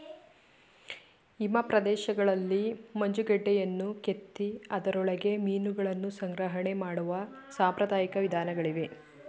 ಹಿಮ ಪ್ರದೇಶಗಳಲ್ಲಿ ಮಂಜುಗಡ್ಡೆಯನ್ನು ಕೆತ್ತಿ ಅದರೊಳಗೆ ಮೀನುಗಳನ್ನು ಸಂಗ್ರಹಣೆ ಮಾಡುವ ಸಾಂಪ್ರದಾಯಿಕ ವಿಧಾನಗಳಿವೆ